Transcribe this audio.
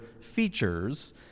features